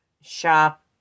shop